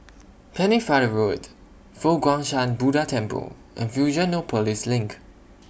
Pennefather Road Fo Guang Shan Buddha Temple and Fusionopolis LINK